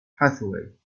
hathaway